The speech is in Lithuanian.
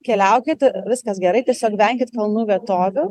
keliaukit viskas gerai tiesiog venkit kalnų vietovių